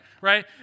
right